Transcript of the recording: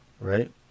right